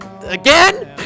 again